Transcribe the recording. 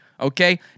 Okay